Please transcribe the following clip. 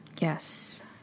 yes